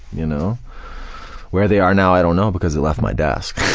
you know where they are now i don't know because it left my desk,